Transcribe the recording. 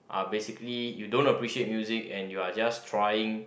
are basically you don't appreciate music and you are just trying